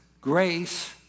grace